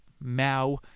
Mao